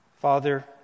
Father